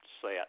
set